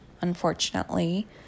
unfortunately